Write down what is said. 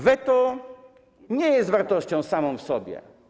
Weto nie jest wartością samą w sobie.